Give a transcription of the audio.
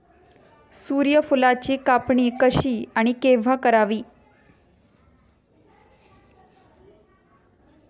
सूर्यफुलाची कापणी कशी आणि केव्हा करावी?